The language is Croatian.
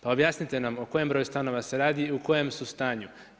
Pa objasnite nam o kojem broju stanova se radi i u kojem su stanju.